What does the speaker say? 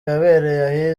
yabereye